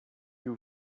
new